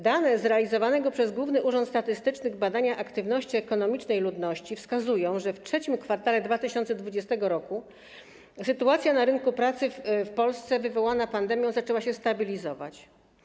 Dane z realizowanego przez Główny Urząd Statystyczny badania aktywności ekonomicznej ludności wskazują, że w III kwartale 2020 r. sytuacja na rynku pracy w Polsce wywołana pandemią zaczęła się stabilizować.